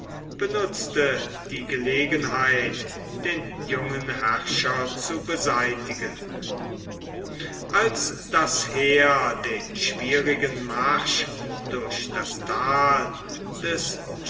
benutzte die gelegenheit den jungen herrscher zu beseitigen als das heer den schwierigen marsch durch das tal des